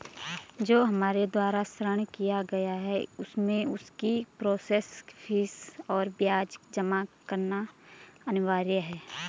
जो हमारे द्वारा ऋण लिया गया है उसमें उसकी प्रोसेस फीस और ब्याज जमा करना अनिवार्य है?